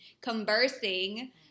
conversing